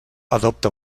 adopta